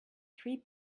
three